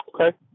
Okay